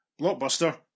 Blockbuster